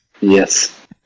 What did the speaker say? Yes